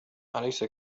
أليس